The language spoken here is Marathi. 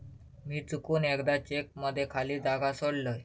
मी चुकून एकदा चेक मध्ये खाली जागा सोडलय